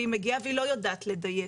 והיא מגיעה והיא לא יודעת לדייק.